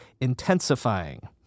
intensifying